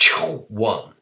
One